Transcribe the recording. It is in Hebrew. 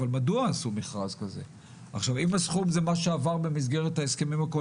אבל האם אפשר כבר מעכשיו לבוא ולהגדיר תקציבים?